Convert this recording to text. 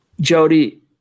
Jody